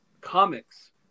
comics